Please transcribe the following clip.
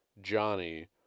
Johnny